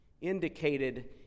indicated